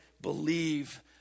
believe